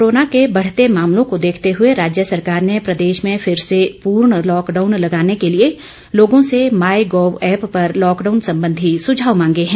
corona के बढ़ते मामलों को देखते हुए राज्य सरकार ने प्रदेश में फिर से पूर्ण लॉकडाउन लगाने के लिए लोगों से मॉय गोव एप्प पर लॉकडाउन संबंधी सुझाव मांगे हैं